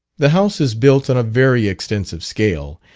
the house is built on a very extensive scale,